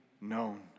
known